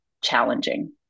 challenging